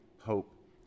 hope